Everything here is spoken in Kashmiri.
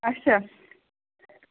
اچھا